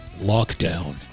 lockdown